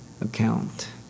account